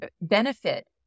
benefit